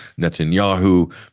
Netanyahu